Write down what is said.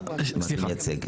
השם לפרוטוקול.